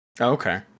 Okay